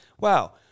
wow